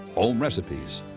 home recipes,